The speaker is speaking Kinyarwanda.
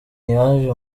yaje